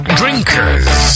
drinkers